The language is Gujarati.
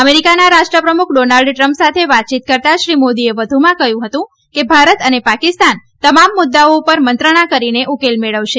અમેરીકાના રાષ્ટ્રપ્રમુખ ડોનાલ્ડ ટ્રમ્પ સાથે વાતયીત કરતાં શ્રી મોદીએ વધુમાં કહ્યું હતું કે ભારત અને પાકિસ્તાન તમામ મુદ્દાઓ ઉપર મંત્રણા કરીને ઉકેલ મેળવશે